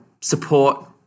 support